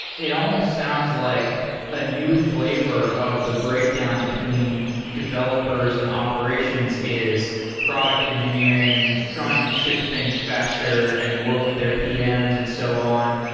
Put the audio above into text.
it almost sounds like a new flavor of the breakdown between developers and operations is product engineering trying to ship things faster and work with their ah pms and so on,